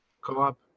Co-op